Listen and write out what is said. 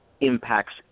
impacts